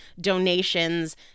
donations